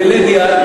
הפריבילגיה,